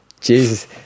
Jesus